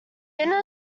inner